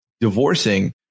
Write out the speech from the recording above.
divorcing